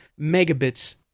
megabits